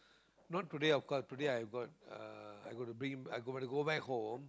not today of course today I got uh I got to bring him I got to go back home